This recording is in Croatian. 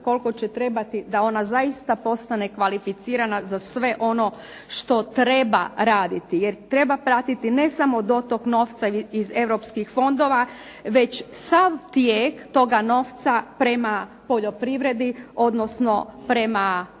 koliko će trebati da ona zaista postane kvalificirana za sve ono što treba raditi. Jer treba pratiti ne samo dotok novca iz europskih fondova, već sav tijek toga novca prema poljoprivredi, odnosno prema direktnoj